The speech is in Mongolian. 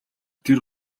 тэр